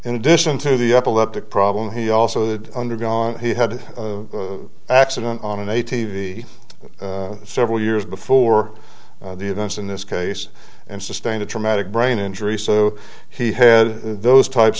in addition to the epileptic problem he also that undergone he had the accident on an a t v several years before the events in this case and sustained a traumatic brain injury so he had those types